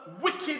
wicked